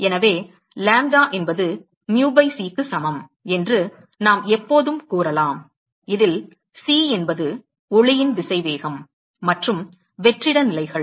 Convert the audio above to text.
எனவே லாம்ப்டா என்பது mu by c க்கு சமம் என்று நாம் எப்போதும் கூறலாம் இதில் c என்பது ஒளியின் திசைவேகம் மற்றும் வெற்றிட நிலைகள்